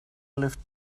lift